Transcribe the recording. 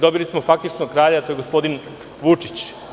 Dobili smo faktički kralja, to je gospodin Vučić.